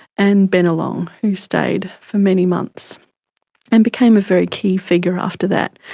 and bennelong, who stayed for many months and became a very key figure after that.